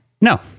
no